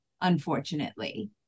unfortunately